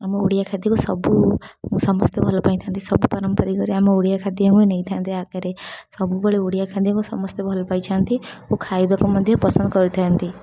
ଆମ ଓଡ଼ିଆ ଖାଦ୍ୟକୁ ସବୁ ସମସ୍ତେ ଭଲ ପାଇଥାନ୍ତି ସବୁ ପାରମ୍ପାରିକରେ ଆମ ଓଡ଼ିଆ ଖାଦ୍ୟକୁ ନେଇଥାନ୍ତି ଆଗରେ ସବୁବେଳେ ଓଡ଼ିଆ ଖାଦ୍ୟକୁ ସମସ୍ତେ ଭଲ ପାଇଛନ୍ତି ଓ ଖାଇବାକୁ ମଧ୍ୟ ପସନ୍ଦ କରିଥାନ୍ତି